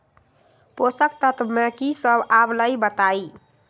पोषक तत्व म की सब आबलई बताई?